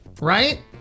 Right